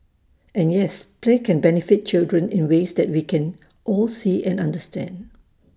and yes play can benefit children in ways that we can all see and understand